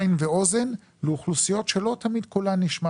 עין ואוזן לאוכלוסיות שלא תמיד קולן נשמע